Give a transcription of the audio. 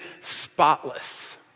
spotless